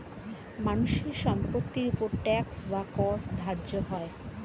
মানুষের সম্পত্তির উপর ট্যাক্স বা কর ধার্য হয়